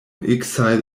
exile